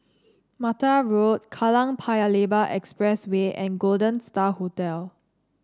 Mattar Road Kallang Paya Lebar Expressway and Golden Star Hotel